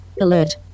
alert